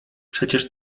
przecież